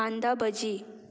कांदा भजी